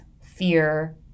fear